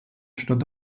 stand